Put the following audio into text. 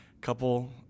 couple